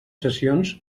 sessions